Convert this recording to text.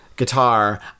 guitar